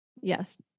Yes